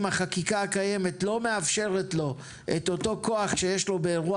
החקיקה הקיימת לא מאפשרת לו את אותו כוח שיש לו באירוע